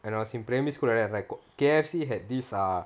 and I was in primary school right I was like K_F_C had this err